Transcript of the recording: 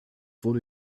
wurde